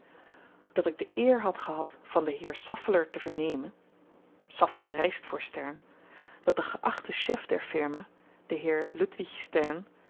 dat ik de eer had gehad van den heer saffeler te vernemen saffeler reist voor stern dat de geachte chef der firma de heer ludwig stern